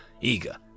eager